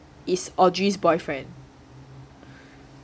is audrey's boyfriend